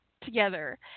together